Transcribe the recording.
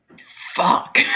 fuck